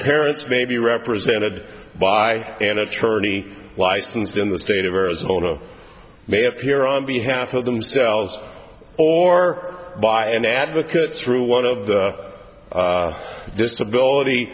parents may be represented by an attorney licensed in the state of arizona may have here on behalf of themselves or by an advocate through one of the disability